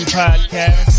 podcast